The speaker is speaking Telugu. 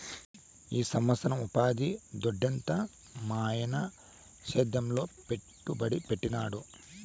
ఈ సంవత్సరం ఉపాధి దొడ్డెంత మాయన్న సేద్యంలో పెట్టుబడి పెట్టినాడు